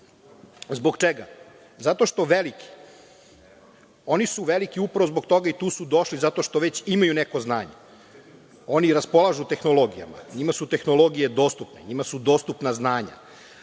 čega? Zato što veliki, oni su veliki upravo zbog toga i tu su došli zato što već imaju neko znanje. Oni raspolažu tehnologijama. Njima su tehnologije dostupne, njima su dostupna znanja.